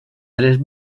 tres